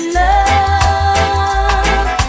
love